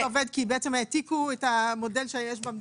עובד כי בעצם העתיקו את המודל שיש במדינה.